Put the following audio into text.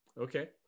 okay